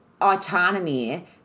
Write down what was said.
autonomy